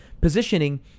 Positioning